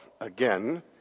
again